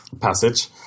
passage